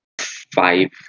five